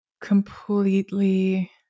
completely